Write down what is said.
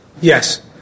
Yes